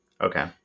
Okay